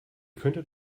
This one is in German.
könntet